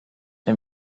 ein